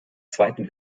zweiten